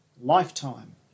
Lifetime